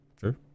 Sure